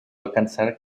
alcanzar